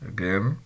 Again